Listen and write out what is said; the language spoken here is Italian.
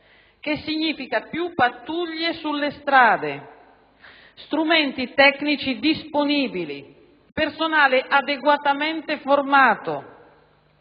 che significa più pattuglie sulla strada, strumenti tecnici disponibili, personale adeguatamente formato.